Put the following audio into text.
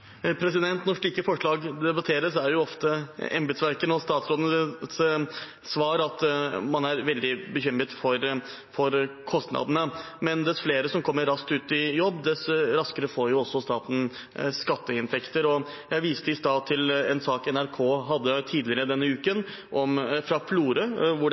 Når slike forslag debatteres, er jo ofte embetsverkets og statsrådens svar at man er veldig bekymret for kostnadene. Men dess flere som kommer raskt ut i jobb, dess raskere får jo også staten skatteinntekter. Jeg viste i stad til en sak NRK hadde tidligere denne uken, fra Florø, hvor det